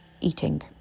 eating